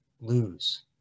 lose